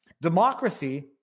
Democracy